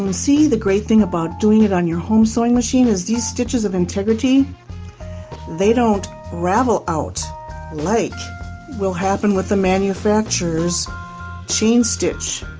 see the great thing about doing it on your home sewing machine is these stitches of integrity they don't unravel out like will happen with the manufacturers chain stitch.